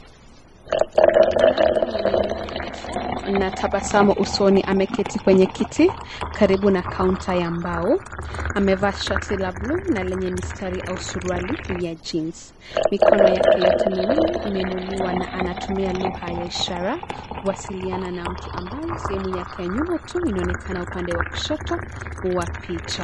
Mwanamke mwenye nywele ndefu, na tabasamu usoni ameketi kwenye kiti, karibu na kaunta ya mbao. Amevaa shati la bluu, na lenye mistari au suruali ya jeans . Mikono yake yote miwili imeinuliwa na anatumia lugha ya ishara, kuwasiliana na mtu ambaye sehemu yake ya nyuma tu inaonekana upande wa kushoto wa picha.